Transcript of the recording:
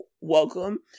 welcome